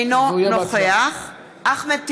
(קוראת בשמות חברי הכנסת) אחמד טיבי,